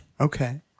Okay